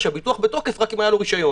שהביטוח בתוקף רק אם היה לו רישיון,